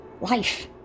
life